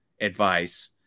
advice